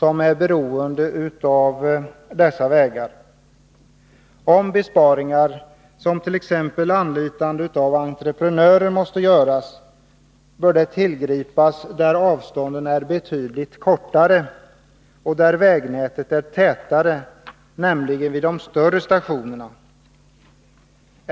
Om besparingar, t.ex. sådana som går ut på anlitande av entreprenörer, måste göras, bör dessa ingripanden ske där avstånden är betydligt kortare och där vägnätet är tätare, nämligen vid de större stationerna.